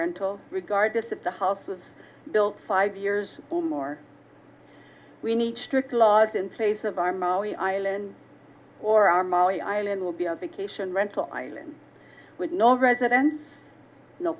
rental regardless of the house was built five years or more we need strict laws in place of our molly island or our molly ireland will be on vacation rental island with no residence no